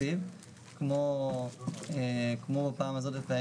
במקום "בכל אחת מהשנים 2021 עד 2024" יקראו "בכל